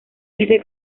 este